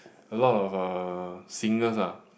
a lot of uh singers ah